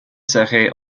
serait